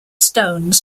stones